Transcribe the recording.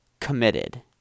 Committed